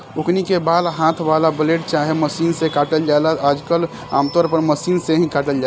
ओकनी के बाल हाथ वाला ब्लेड चाहे मशीन से काटल जाला आजकल आमतौर पर मशीन से ही काटल जाता